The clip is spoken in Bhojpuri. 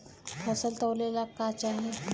फसल तौले ला का चाही?